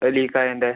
അത് ലീക്കായതിൻ്റെ